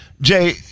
Jay